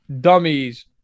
dummies